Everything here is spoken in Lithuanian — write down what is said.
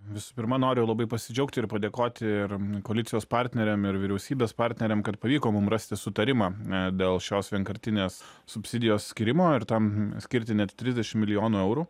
visų pirma noriu labai pasidžiaugti ir padėkoti ir koalicijos partneriam ir vyriausybės partneriam kad pavyko mum rasti sutarimą dėl šios vienkartinės subsidijos skyrimo ir tam skirti net trisdešim milijonų eurų